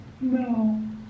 no